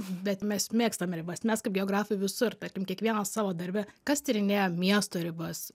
bet mes mėgstam ribas mes kaip geografai visur tarkim kiekvienas savo darbe kas tyrinėja miesto ribas